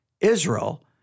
Israel